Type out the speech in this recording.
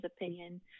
opinion